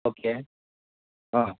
okay हां